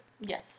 Yes